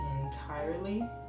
entirely